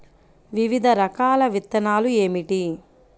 వివిధ రకాల విత్తనాలు ఏమిటి?